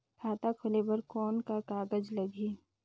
खाता खोले बर कौन का कागज लगही?